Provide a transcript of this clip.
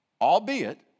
Albeit